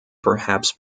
perhaps